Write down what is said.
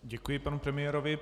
Děkuji panu premiérovi.